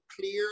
clear